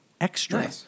extra